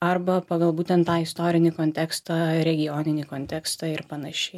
arba pagal būtent tą istorinį kontekstą regioninį kontekstą ir panašiai